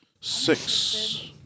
Six